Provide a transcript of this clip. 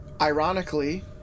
Ironically